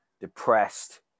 depressed